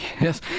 Yes